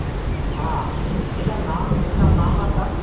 हा तेषां नाम तेषां नाम का